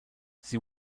sie